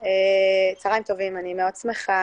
אני ככה